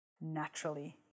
naturally